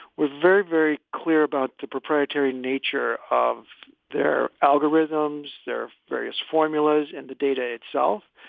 was very, very clear about the proprietary nature of their algorithms, their various formulas and the data itself.